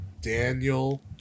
Daniel